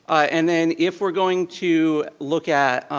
and then, if we're going to look at